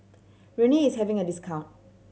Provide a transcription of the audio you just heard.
rene is having a discount